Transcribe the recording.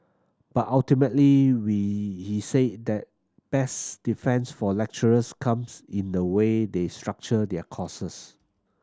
but ultimately we he said that best defence for lecturers comes in the way they structure their courses